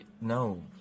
no